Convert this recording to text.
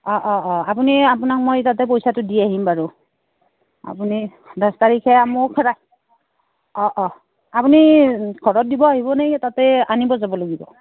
অঁ অঁ অঁ আপুনি আপোনাক মই তাতে পইচাটো দি আহিম বাৰু আপুনি দছ তাৰিখে মোক অঁ অঁ আপুনি ঘৰত দিব আহিব নে তাতে আনিব যাব লাগিব